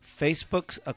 Facebook's